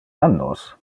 annos